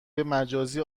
مجازی